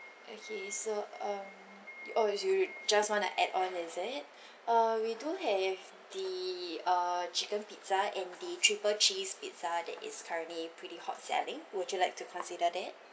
okay so um oh you just want to add on is it uh we do have the err chicken pizza and the triple cheese pizza that is currently pretty hot selling would you like to consider that